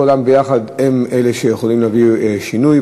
כולם יחד יכולים להביא שינוי,